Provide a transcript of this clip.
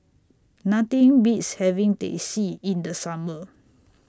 Nothing Beats having Teh C in The Summer